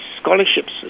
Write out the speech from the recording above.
scholarships